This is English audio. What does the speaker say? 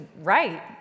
right